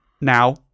now